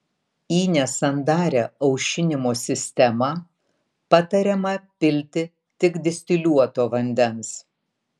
į nesandarią aušinimo sistemą patariama pilti tik distiliuoto vandens